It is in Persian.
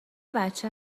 بچه